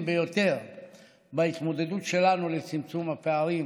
ביותר בהתמודדות שלנו לצמצום הפערים